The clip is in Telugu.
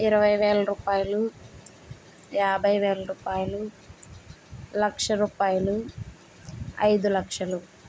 ఇరవై వేల రూపాయలు యాభై వేల రూపాయలు లక్ష రూపాయలు ఐదు లక్షలు